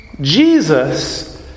Jesus